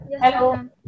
Hello